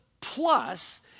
plus